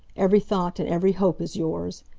every thought and every hope is yours.